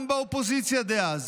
גם באופוזיציה דאז.